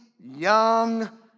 young